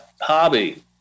hobby